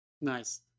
Nice